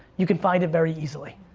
you can find it very easily,